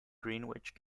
greenwich